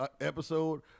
episode